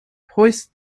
hoist